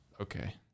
Okay